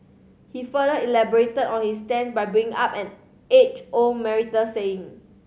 he further elaborated on his stance by bringing up an age old marital saying